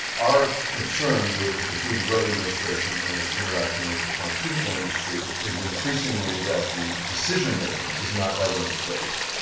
our concern with the food and drug administration and its interaction with the pharmaceutical industry is increasingly that the decision making is not evidence based.